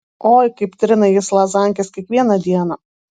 oi kaip trina jis lazankes kiekvieną dieną